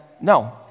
No